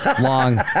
Long